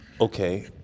Okay